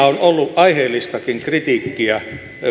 on ollut aiheellistakin kritiikkiä